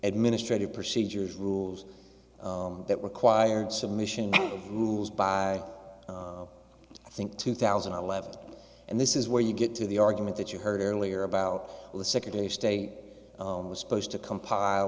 administrative procedures rules that required submission moves by i think two thousand and eleven and this is where you get to the argument that you heard earlier about the secretary of state oh it was supposed to compile